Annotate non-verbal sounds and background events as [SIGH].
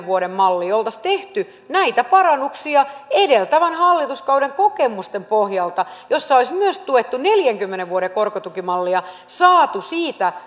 [UNINTELLIGIBLE] vuoden malliin oltaisiin tehty näitä parannuksia edeltävän hallituskauden kokemusten pohjalta joissa olisi myös tuettu neljänkymmenen vuoden korkotukimallia saatu siitä [UNINTELLIGIBLE]